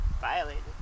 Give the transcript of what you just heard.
violated